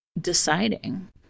deciding